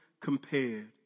compared